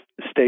state